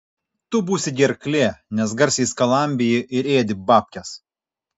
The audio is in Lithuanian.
tu būsi gerklė nes garsiai skalambiji ir ėdi babkes